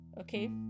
Okay